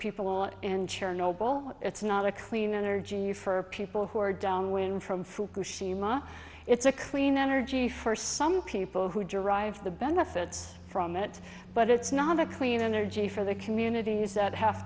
people and sure noble it's not a clean energy for people who are downwind from fukushima it's a clean energy for some people who derive the benefits from it but it's not a clean energy for the communities that have